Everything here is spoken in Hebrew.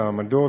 לעמדות,